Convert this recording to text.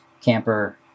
camper